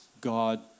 God